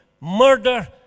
murder